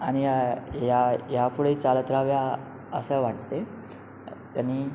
आणि या या यापुढेही चालत रहाव्या असं वाटते त्यांनी